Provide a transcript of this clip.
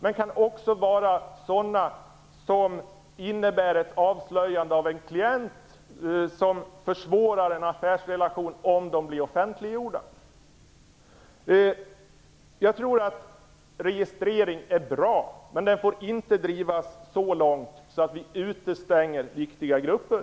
De kan också vara sådana att det innebär ett avslöjande av en klient som försvårar en affärsrelation om de blir offentliggjorda. Registrering är bra. Men den får inte drivas så långt att vi utestänger viktiga grupper.